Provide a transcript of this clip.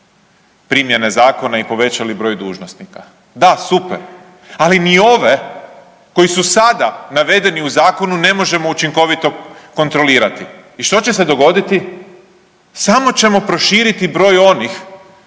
primjene zakona i povećali broj dužnosnika, da, super, ali mi ove koji su sada navedeni u zakonu ne možemo učinkovito kontrolirati. I što će se dogoditi? Samo ćemo proširiti broj onih